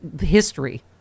history